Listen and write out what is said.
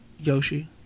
Yoshi